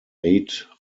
eight